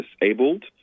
disabled